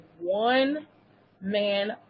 one-man